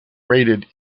rated